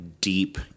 deep